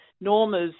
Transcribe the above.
Norma's